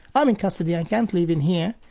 i'm in custody, i can't leave in here.